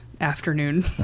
afternoon